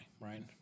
right